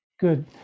good